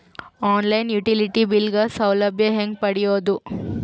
On line utility bill ಗ ಸೌಲಭ್ಯ ಹೇಂಗ ಪಡೆಯೋದು?